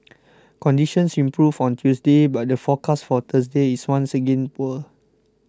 conditions improved on Tuesday but the forecast for Thursday is once again poor